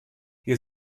hier